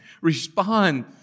Respond